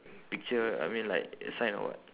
picture I mean like sign or what